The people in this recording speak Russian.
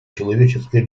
человеческой